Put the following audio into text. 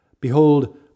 behold